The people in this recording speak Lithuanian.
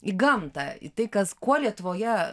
į gamtą į tai kas kuo lietuvoje